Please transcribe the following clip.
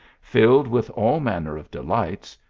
filled with all manner of delights,